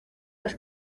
las